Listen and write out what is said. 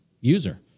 user